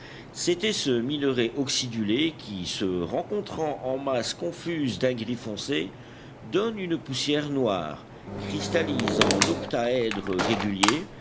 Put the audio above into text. c'était ce minerai oxydulé qui se rencontrant en masses confuses d'un gris foncé donne une poussière noire cristallise en octaèdres réguliers